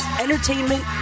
entertainment